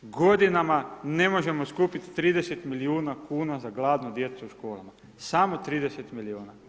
Godinama ne možemo skupiti 30 milijuna kuna za gladnu djecu u školama, samo 30 milijuna.